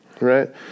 right